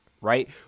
right